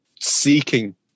seeking